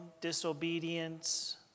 disobedience